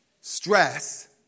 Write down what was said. stress